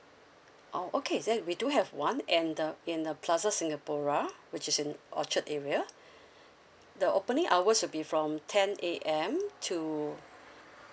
oh okay then we do have one in the in the plaza singapura which is in orchard area the opening hours will be from ten A_M to